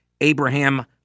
Abraham